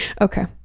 Okay